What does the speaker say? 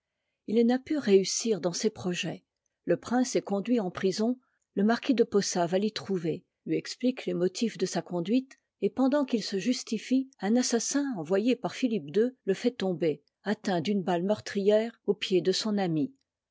h n'a pu réussir dans ses projets le prince est conduit en prison le marquis e posa va l'y trouver lui explique les motifs de sa conduite et pendant qu'il se justifie un assassin envoyé par philippe i le fait tomber atteint d'une balle meurtrière aux pieds de son ami